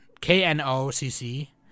K-N-O-C-C